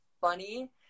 funny